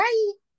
Bye